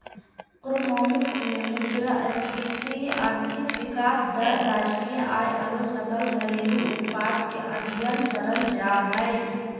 macroeconomics मे मुद्रास्फीति, आर्थिक विकास दर, राष्ट्रीय आय आरो सकल घरेलू उत्पाद के अध्ययन करल जा हय